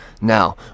now